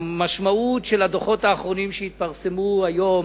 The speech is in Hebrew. המשמעות של הדוחות האחרונים שהתפרסמו היום,